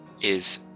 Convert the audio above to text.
is-